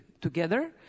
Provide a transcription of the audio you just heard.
together